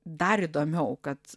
dar įdomiau kad